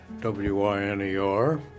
W-I-N-E-R